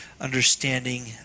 understanding